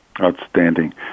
Outstanding